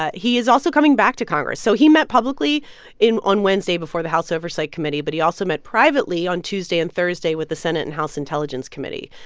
ah he is also coming back to congress. so he met publicly on wednesday before the house oversight committee. but he also met privately on tuesday and thursday with the senate and house intelligence committee.